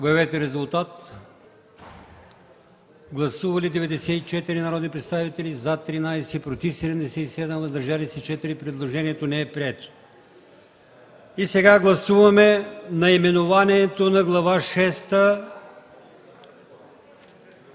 на гласуване. Гласували 94 народни представители: за 13, против 77, въздържали се 4. Предложението не е прието. Сега гласуваме наименованието на Глава шеста,